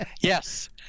Yes